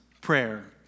Prayer